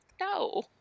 no